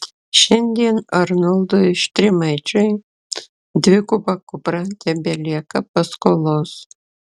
šiandien arnoldui štrimaičiui dviguba kupra tebelieka paskolos